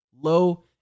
low